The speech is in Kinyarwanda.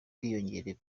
bwiyongere